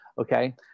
Okay